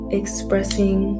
expressing